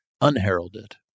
Unheralded